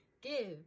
Give